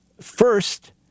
First